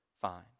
fine